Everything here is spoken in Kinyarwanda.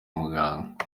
muganga